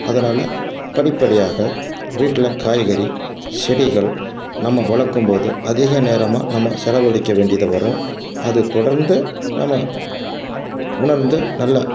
அதனால் படிப்படியாக வீட்டில் காய்கறி செடிகள் நம்ம வளர்க்கும் போது அதிக நேரமாக நம்ம செலவழிக்க வேண்டியது வரும் அது தொடர்ந்து நம்ம உணர்ந்து நல்லா